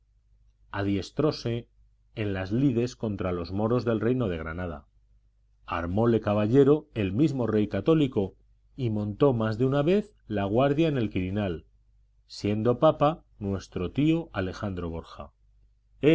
yo adiestróse en las lides contra los moros del reino de granada armóle caballero el mismo rey católico y montó más de una vez la guardia en el quirinal siendo papa nuestro tío alejandro borja